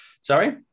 Sorry